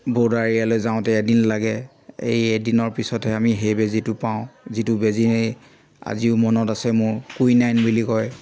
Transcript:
border এৰিয়ালৈ যাওঁতে এদিন লাগে এই এদিনৰ পিছতহে আমি সেই বেজীটো পাওঁ যিটো বেজী আজিও মনত আছে মোৰ কুইনাইন বুলি কয়